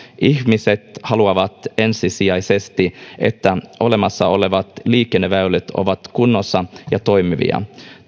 ihmiset haluavat ensisijaisesti että olemassa olevat liikenneväylät ovat kunnossa ja toimivia